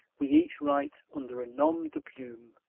we each write under a nom-de-plume.